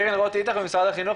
צהריים טובים,